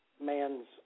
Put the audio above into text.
man's